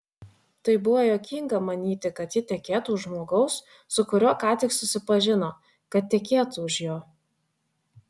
tai buvo juokinga manyti kad ji tekėtų už žmogaus su kuriuo ką tik susipažino kad tekėtų už jo